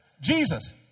Jesus